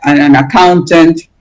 and an accountant,